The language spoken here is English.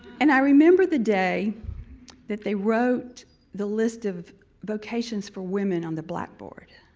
and i remember the day that they wrote the list of vocations for women on the blackboard.